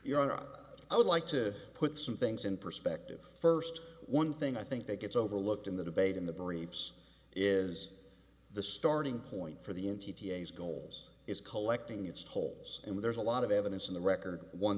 honor i would like to put some things in perspective first one thing i think that gets overlooked in the debate in the briefs is the starting point for the entities goals is collecting its tolls and there's a lot of evidence in the record one